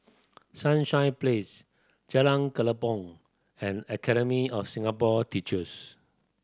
Sunshine Place Jalan Kelempong and Academy of Singapore Teachers